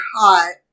hot